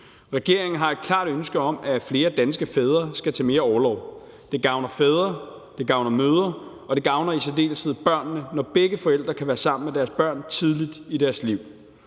Regeringen har et klart ønske om, at flere danske fædre skal tage mere orlov. Det gavner fædre, det gavner mødre, og det gavner i særdeleshed børnene, når begge forældre kan være sammen med deres børn tidligt i deres liv.